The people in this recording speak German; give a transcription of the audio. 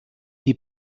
die